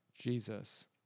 Jesus